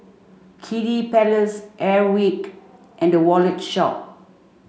Kiddy Palace Airwick and The Wallet Shop